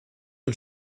und